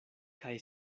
kaj